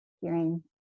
hearing